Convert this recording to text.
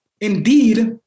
indeed